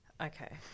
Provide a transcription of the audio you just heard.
Okay